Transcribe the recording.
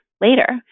later